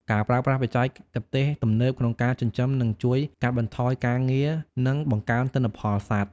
ការប្រើប្រាស់បច្ចេកទេសទំនើបក្នុងការចិញ្ចឹមនឹងជួយកាត់បន្ថយការងារនិងបង្កើនទិន្នផលសត្វ។